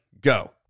Go